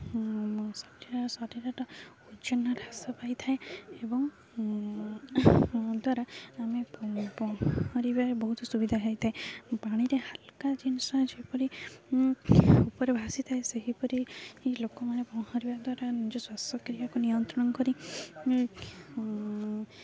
ଶରୀରର ଓଜନ ହ୍ରାସ ପାଇଥାଏ ଏବଂ ଦ୍ୱାରା ଆମେ ପହଁରିବାରେ ବହୁତ ସୁବିଧା ହୋଇଥାଏ ପାଣିରେ ହାଲକା ଜିନିଷ ଯେପରି ଉପରେ ଭାସିଥାଏ ସେହିପରି ଲୋକମାନେ ପହଁରିବା ଦ୍ୱାରା ନିଜ ଶ୍ୱାସକ୍ରିୟାକୁ ନିୟନ୍ତ୍ରଣ କରି